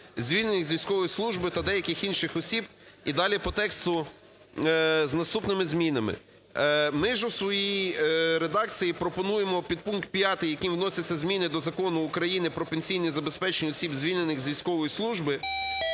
звільнених з військової служби" та деяких інших осіб" і далі по тексту за наступними змінами. Ми ж у своїй редакції пропонуємо підпункт 5, яким вносяться змін до Закону України "Про пенсійне забезпечення осіб, звільнених з військової служби"